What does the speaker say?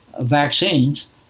vaccines